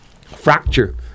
fracture